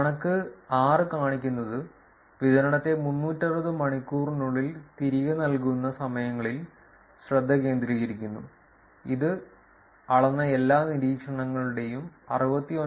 കണക്ക് 6 കാണിക്കുന്നത് വിതരണത്തെ 360 മണിക്കൂറിനുള്ളിൽ തിരികെ നൽകുന്ന സമയങ്ങളിൽ ശ്രദ്ധ കേന്ദ്രീകരിക്കുന്നു ഇത് അളന്ന എല്ലാ നിരീക്ഷണങ്ങളുടെയും 69